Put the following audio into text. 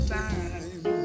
time